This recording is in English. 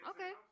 Okay